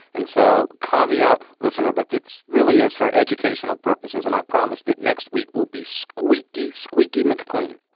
and so caveat listener, but that's really is for educational purposes. and i promise that next week will be squeaky, squeaky mclean.